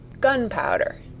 Gunpowder